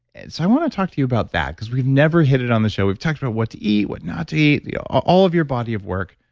so, i want to talk to you about that because we've never hit it on the show. we've talked about what to eat, what not to eat, all of your body of work,